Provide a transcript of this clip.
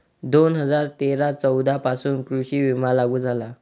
दोन हजार तेरा चौदा पासून कृषी विमा लागू झाला